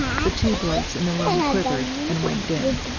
the tube lights in the room quivered and went dim.